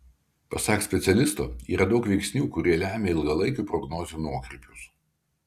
pasak specialisto yra daug veiksnių kurie lemia ilgalaikių prognozių nuokrypius